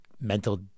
mental